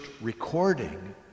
recording